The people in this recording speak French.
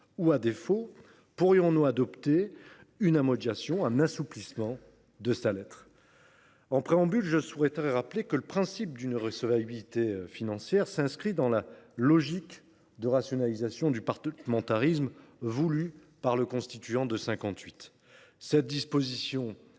? À défaut, pourrions nous adopter une atténuation ou un assouplissement de sa lettre ? En préambule, je rappelle que le principe d’irrecevabilité financière s’inscrit dans la logique de rationalisation du parlementarisme voulue par le constituant de 1958. Cette disposition est conforme